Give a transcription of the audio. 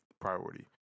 priority